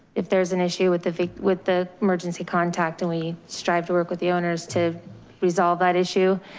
if there's an issue with the va with the emergency contact. and we strive to work with the owners to resolve that issue.